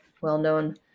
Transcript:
well-known